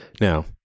Now